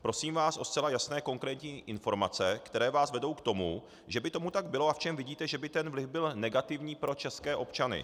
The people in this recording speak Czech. Prosím vás o zcela jasné, konkrétní informace, které vás vedou k tomu, že by tomu tak bylo, a v čem vidíte, že by ten vliv byl negativní pro české občany.